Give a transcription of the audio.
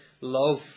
love